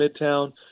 Midtown